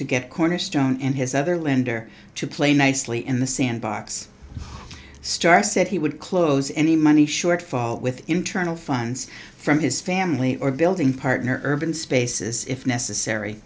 to get cornerstone and his other lender to play nicely in the sandbox starr said he would close any money shortfall with internal funds from his family or building partner urban spaces if necessary